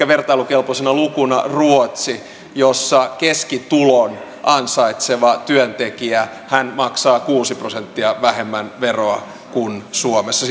vertailukelpoinen luku on ruotsissa jossa keskitulon ansaitseva työntekijä maksaa kuusi prosenttia vähemmän veroa kuin suomessa